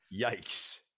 Yikes